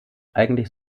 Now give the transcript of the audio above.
eigentlich